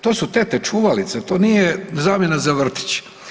To su tete čuvalice, to nije zamjena za vrtić.